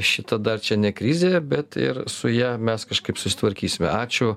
šita dar čia ne krizė bet ir su ja mes kažkaip susitvarkysime ačiū